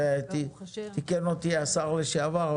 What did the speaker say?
תיקן אותי השר לשעבר,